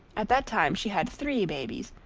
at that time she had three babies,